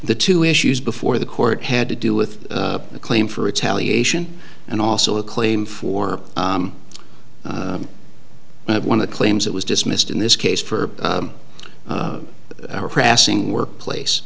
the two issues before the court had to do with a claim for retaliation and also a claim form but one of the claims that was dismissed in this case for harassing workplace